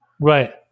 right